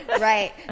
Right